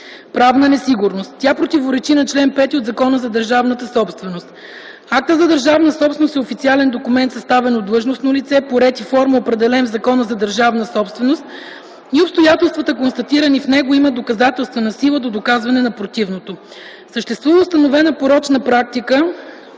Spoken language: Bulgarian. правна несигурност. Тя противоречи на чл. 5 от Закона за държавната собственост. Актът за държавна собственост е официален документ, съставен от длъжностно лице по ред и форма, определени в Закона за държавната собственост, и обстоятелствата, констатирани в него, имат доказателствена сила до доказване на противното. Съществува установена порочна практика